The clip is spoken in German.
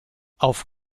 auf